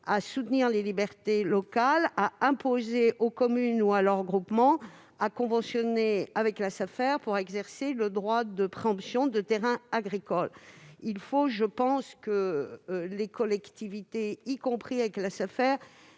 à soutenir les libertés locales, imposer aux communes ou à leurs groupements de conventionner avec la Safer pour exercer le droit de préemption de terrains agricoles. S'il faut que les collectivités discutent, y compris avec la Safer,